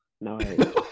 No